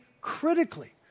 critically